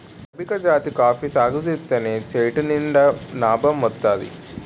arabica జాతి coffee సాగుజేత్తేనే చేతినిండా నాబం వత్తాది